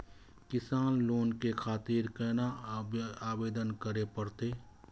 किसान लोन के खातिर केना आवेदन करें परतें?